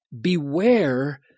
beware